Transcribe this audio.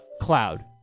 cloud